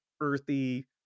earthy